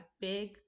big